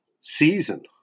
season